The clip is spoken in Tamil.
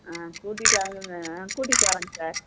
ஆ கூட்டிகிட்டு வரேன் கூட்டிகிட்டு வரேங்க சார்